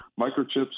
Microchips